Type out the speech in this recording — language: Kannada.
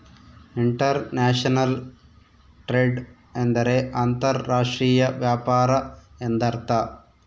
ಇಂಟರ್ ನ್ಯಾಷನಲ್ ಟ್ರೆಡ್ ಎಂದರೆ ಅಂತರ್ ರಾಷ್ಟ್ರೀಯ ವ್ಯಾಪಾರ ಎಂದರ್ಥ